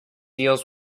deals